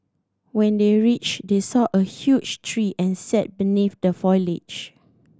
when they reached they saw a huge tree and sat beneath the foliage